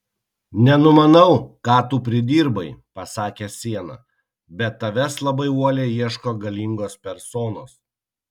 nenumanau ką tu pridirbai pasakė siena bet tavęs labai uoliai ieško galingos personos